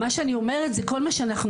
מה שאני אומרת זה כל מה שעשינו.